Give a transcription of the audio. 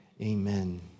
Amen